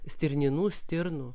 stirninų stirnų